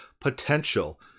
potential